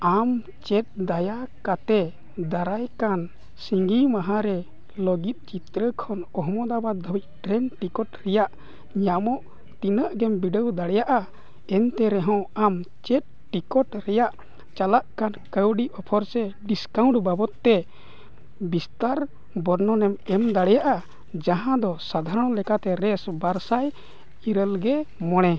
ᱟᱢ ᱪᱮᱫ ᱫᱟᱭᱟ ᱠᱛᱮᱫ ᱫᱟᱨᱟᱭ ᱠᱟᱱ ᱥᱤᱸᱜᱤ ᱢᱟᱦᱟᱨᱮ ᱞᱟᱹᱜᱤᱫ ᱪᱤᱛᱨᱚ ᱠᱷᱚᱱ ᱟᱦᱚᱢᱮᱫᱟᱵᱟᱫᱽ ᱫᱷᱟᱹᱨᱤᱡ ᱴᱨᱮᱱ ᱴᱤᱠᱤᱴ ᱨᱮᱭᱟᱜ ᱧᱟᱢᱚᱜ ᱛᱤᱱᱟᱹᱜ ᱜᱮᱢ ᱵᱤᱰᱟᱹᱣ ᱫᱟᱲᱮᱭᱟᱜᱼᱟ ᱮᱱᱛᱮ ᱨᱮᱦᱚᱸ ᱟᱢ ᱪᱮᱫ ᱴᱤᱠᱤᱴ ᱨᱮᱭᱟᱜ ᱪᱟᱞᱟᱜ ᱠᱟᱱ ᱠᱟᱹᱣᱰᱤ ᱚᱯᱷᱟᱨ ᱥᱮ ᱰᱤᱥᱠᱟᱣᱩᱱᱴ ᱵᱟᱵᱚᱫᱛᱮ ᱵᱤᱥᱛᱟᱨ ᱵᱚᱨᱱᱚᱱᱮᱢ ᱮᱢ ᱫᱟᱲᱮᱭᱟᱜᱼᱟ ᱡᱟᱦᱟᱸ ᱫᱚ ᱥᱟᱫᱷᱟᱨᱚᱱ ᱞᱮᱠᱟᱛᱮ ᱟᱨᱮᱥ ᱤᱨᱟᱹ ᱜᱮ ᱢᱚᱬᱮ